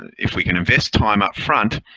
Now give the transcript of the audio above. if we can invest time upfront,